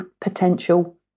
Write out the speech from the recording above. potential